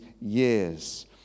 years